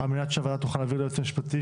על מנת שהוועדה תוכל להעביר לייעוץ המשפטי,